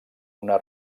una